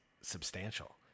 substantial